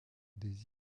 des